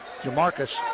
Jamarcus